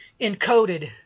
encoded